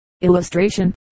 Illustration